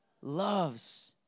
Loves